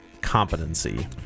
competency